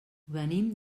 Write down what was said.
venim